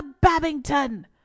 Babington